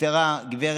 נפטרה גב'